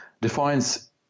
defines